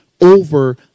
over